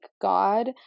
god